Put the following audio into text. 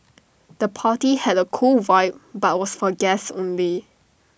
the party had A cool vibe but was for guests only